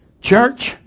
Church